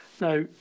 now